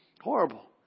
Horrible